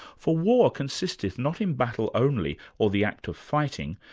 for war consisteth not in battle only, or the act of fighting,